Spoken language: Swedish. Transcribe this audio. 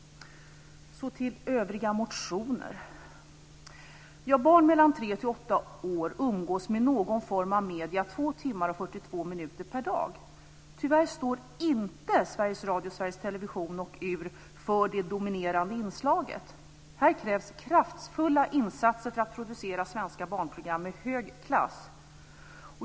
Jag går nu över till övriga motioner. Tyvärr står inte Sveriges Radio, Sveriges Television och UR för det dominerande inslaget. Här krävs kraftfulla insatser för att producera svenska barnprogram med hög klass.